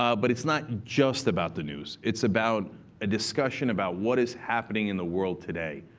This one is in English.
um but it's not just about the news. it's about a discussion about what is happening in the world today,